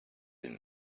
him